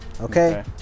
Okay